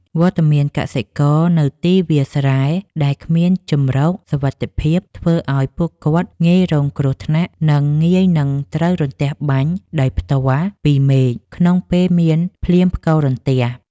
វត្តមានកសិករនៅទីវាលស្រែដែលគ្មានជម្រកសុវត្ថិភាព ធ្វើឱ្យពួកគាត់ងាយរងគ្រោះថ្នាក់ និង ងាយនឹងត្រូវរន្ទះបាញ់ដោយផ្ទាល់ពីមេឃក្នុងពេលមានភ្លៀងផ្គររន្ទះ។